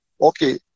Okay